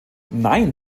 nein